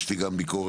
יש לי גם ביקורת